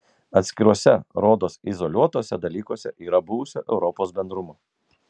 atskiruose rodos izoliuotuose dalykuose yra buvusio europos bendrumo